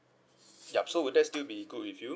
yup so will that still be good with you